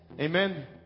Amen